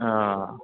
ആ